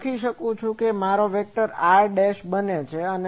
તેથી હું લખી શકું છું કે આ મારો r વેક્ટર બને છે